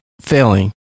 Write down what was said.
failing